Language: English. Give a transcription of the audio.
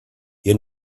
you